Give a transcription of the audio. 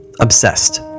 obsessed